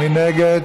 מי נגד?